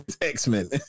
X-Men